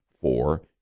four